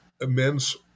immense